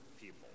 people